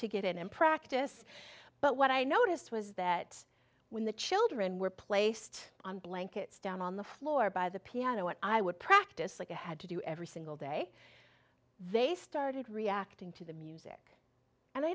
in and practice but what i noticed was that when the children were placed on blankets down on the floor by the piano and i would practice like i had to do every single day they started reacting to the music and i